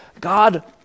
God